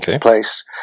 place